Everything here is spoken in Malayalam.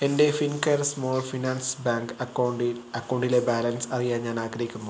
എൻ്റെ Fincare small finance bank account അക്കൗണ്ടിലെ ബാലൻസ് അറിയാൻ ഞാൻ ആഗ്രഹിക്കുന്നു